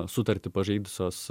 sutartį pažeidusios